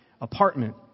apartment